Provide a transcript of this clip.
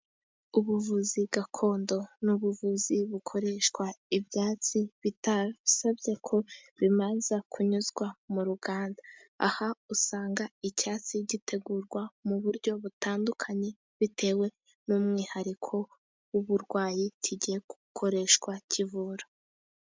Ubuvuzi gakondo ni ubuvuzi bukoreshwa ibyatsi bidasabye ko bibanza kunyuzwa mu ruganda, aha usanga icyatsi gitegurwa mu buryo butandukanye, bitewe n'umwihariko w'uburwayi kigiye gukoreshwa kivura.